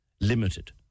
limited